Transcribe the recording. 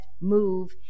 move